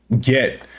get